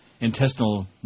intestinal